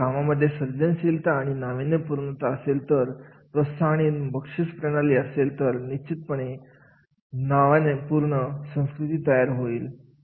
जर कामांमध्ये सर्जनशीलता आणि नाविन्यपूर्णता असेल तर प्रोत्साहन आणि बक्षीस प्रणाली असेल तर निश्चितपणे नावाने पूर्ण संस्कृती तयार होईल